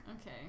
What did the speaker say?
Okay